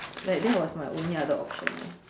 like that was my only other option eh